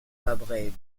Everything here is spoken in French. fabrègues